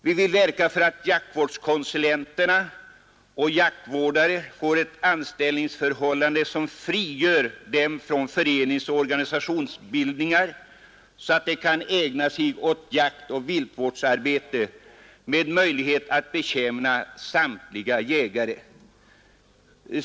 Vi vill verka för att jaktvårdskonsulenter och jaktvårdare får ett anställningsförhållande som frigör dem från föreningsoch organisationsbildningar, så att de kan ägna sig åt jaktoch viltvårdsarbete med möjlighet att betjäna samtliga jägare.